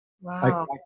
Wow